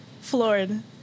floored